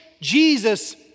Jesus